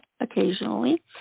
occasionally